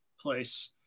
place